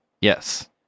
Yes